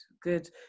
Good